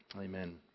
amen